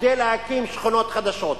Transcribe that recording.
כדי להקים שכונות חדשות.